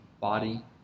body